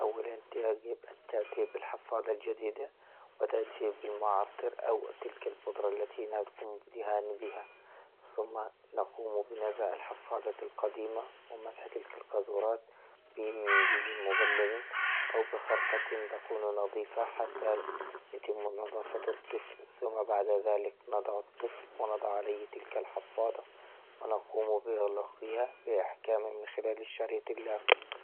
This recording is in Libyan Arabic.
أولا يقب أن تأتي بالحفاضة جديدة وتأتي بالمعطر أو تلك البدرة التي بها ثم نقوم بنزع الحفاضة القديمة ومسح تلك القاذورات بمنديل مبلل أو بخرقة تكون نظيفة حتى يتم نظافة الطفل، ثم بعد ذلك نضع الطفل ونضع عليه تلك الحفاضة ونقوم بإغلاقها بإحكام من خلال شريط اللاصق..